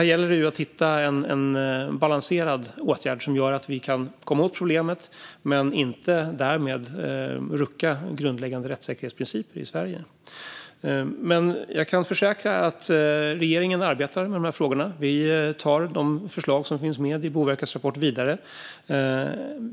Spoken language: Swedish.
Här gäller det att hitta en balanserad åtgärd som gör att vi kan komma åt problemet utan att därmed rucka på grundläggande rättssäkerhetsprinciper i Sverige. Jag kan försäkra att regeringen arbetar med de här frågorna. Vi tar förslagen i Boverkets rapport vidare.